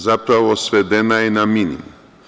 Zapravo, svedena je na minimum.